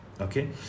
Okay